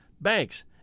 banks